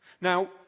Now